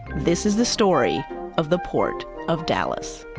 this is the story of the port of dallas